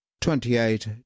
twenty-eight